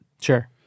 Sure